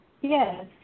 yes